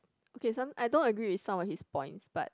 okay some I don't agree with some of his points but